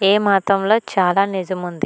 ఏ మతంలో చాలా నిజం ఉంది